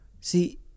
See